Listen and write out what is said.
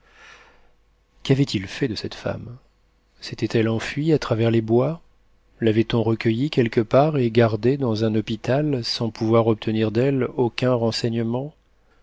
quavaient ils fait de cette femme s'était-elle enfuie à travers les bois lavait on recueillie quelque part et gardée dans un hôpital sans pouvoir obtenir d'elle aucun renseignement